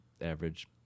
average